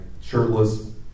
shirtless